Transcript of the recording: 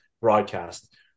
broadcast